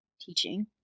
teaching